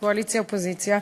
קואליציה אופוזיציה,